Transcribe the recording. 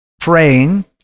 praying